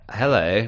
hello